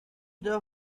the